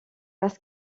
parce